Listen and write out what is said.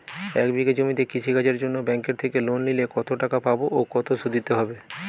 এক বিঘে জমিতে কৃষি কাজের জন্য ব্যাঙ্কের থেকে লোন নিলে কত টাকা পাবো ও কত শুধু দিতে হবে?